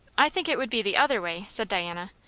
i think it would be the other way, said diana.